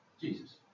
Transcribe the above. Jesus